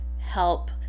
help